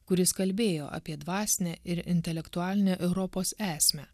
kuris kalbėjo apie dvasinę ir intelektualinę europos esmę